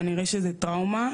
כנראה שזה טראומה,